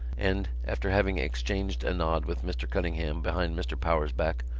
and, after having exchanged a nod with mr. cunningham behind mr. power's back,